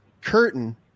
curtain